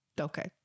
Okay